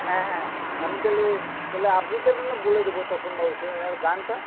হ্যাঁ হ্যাঁ আমি তাহলে তাহলে আবৃত্তিটা না বলে দেব তপনবাবুকে আর গানটা